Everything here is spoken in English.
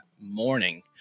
morning